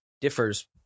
differs